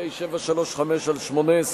פ/735/18,